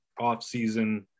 offseason